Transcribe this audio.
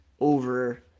over